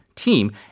team